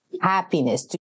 happiness